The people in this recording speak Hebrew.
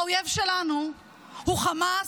האויב שלנו הוא חמאס,